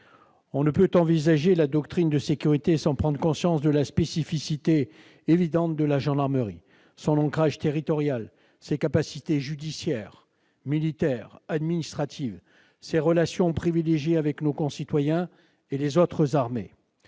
On ne peut envisager la doctrine de sécurité sans prendre conscience de la spécificité évidente de la gendarmerie : son ancrage territorial, ses capacités judiciaires, militaires, administratives, ses relations privilégiées avec nos concitoyens et les autres armées.